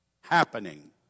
happening